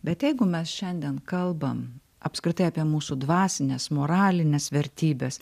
bet jeigu mes šiandien kalbam apskritai apie mūsų dvasines moralines vertybes